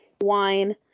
wine